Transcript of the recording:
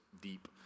deep